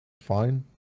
Fine